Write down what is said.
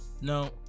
no